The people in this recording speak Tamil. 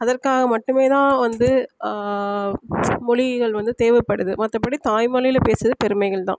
அதற்காக மட்டுமே தான் வந்து மொழிகள் வந்து தேவைப்படுது மற்றபடி தாய்மொழியில் பேசுவது பெருமைகள் தான்